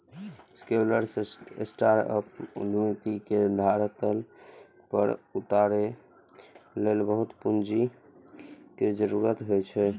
scalable startup उद्यमिता के धरातल पर उतारै लेल बहुत पूंजी के जरूरत होइ छै